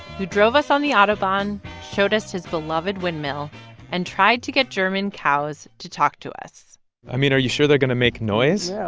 who drove us on the autobahn, showed us his beloved windmill and tried to get german cows to talk to us i mean, are you sure they're going to make noise?